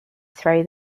throw